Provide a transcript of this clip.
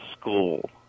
school